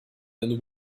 and